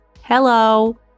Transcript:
Hello